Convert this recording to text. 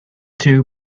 too